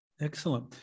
Excellent